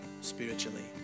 spiritually